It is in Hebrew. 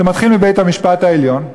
זה מתחיל מבית-המשפט העליון,